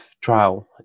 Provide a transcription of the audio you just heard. trial